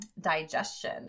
digestion